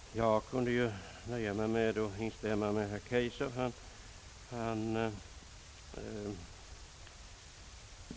Herr talman! Jag skulle kunna nöja mig med att instämma i herr Kaijsers anförande. Han